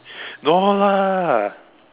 no lah